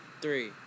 three